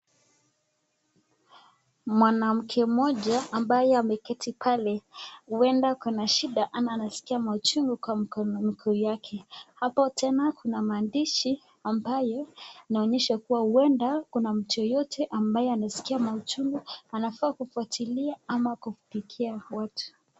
Mwanamke mmoja ambaye ameketi pale huenda ako na shida ama anaskia mauchungu kwa mguu yake. Hapo tena kuna maandishi ambayo inaonyesha kuwa huenda kuna mtu yeyote ambaye anaskia mauchungu anafaa kufuatilia ama kupigia watu.